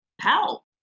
help